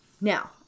Now